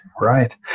right